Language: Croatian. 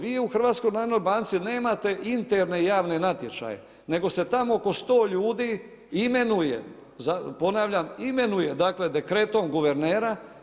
Vi u HNB-u nemate interne javne natječaje nego se tamo oko sto ljudi imenuje, ponavljam imenuje, dekretom guvernera.